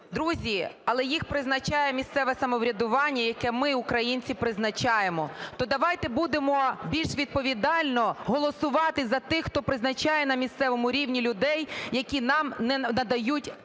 Друзі, але їх призначає місцеве самоврядування, яке ми, українці, призначаємо. То давайте будемо більш відповідально голосувати за тих, хто призначає на місцевому рівні людей, які нам не надають